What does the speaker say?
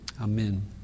amen